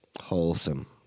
Wholesome